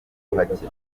ubuhake